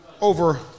over